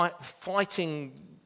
fighting